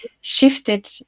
shifted